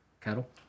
cattle